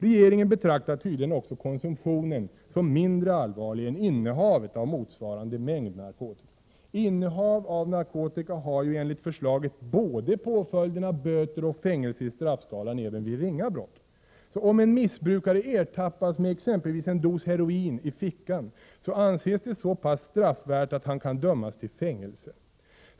Regeringen betraktar tydligen också konsumtionen som mindre allvarlig än innehavet av motsvarande mängd narkotika. Innehav av narkotika har ju enligt förslaget som påföljd både böter och fängelse i straffskalan — även vid ringa brott. Om en missbrukare ertappas med exempelvis en dos heroin i fickan anses det så pass straffvärt att han kan dömas till fängelse.